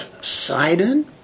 Sidon